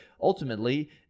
ultimately